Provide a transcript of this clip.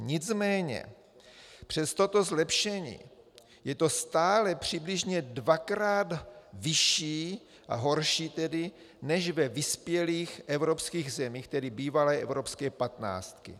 Nicméně přes toto zlepšení je to stále přibližně dvakrát vyšší, horší tedy, než ve vyspělých evropských zemích, tedy bývalé evropské patnáctky.